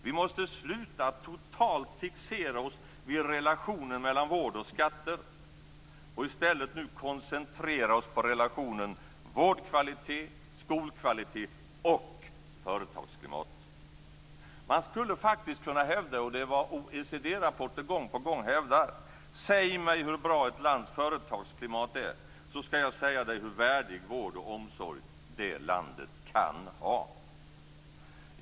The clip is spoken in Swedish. Vi måste sluta att totalt fixera oss vid relationen mellan vård och skatter och i stället nu koncentrera oss på relationen mellan vårdkvalitet och skolkvalitet och företagsklimatet. Man skulle faktiskt kunna hävda, och det är vad som gång på gång hävdas i OECD-rapporter: Säg mig hur bra ett lands företagsklimat är, så skall jag säga dig hur värdig vård och omsorg det landet kan ha.